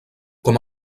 com